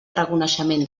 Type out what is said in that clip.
reconeixement